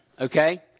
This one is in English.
Okay